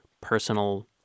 personal